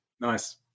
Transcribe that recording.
Nice